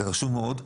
זה חשוב מאוד.